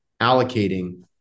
allocating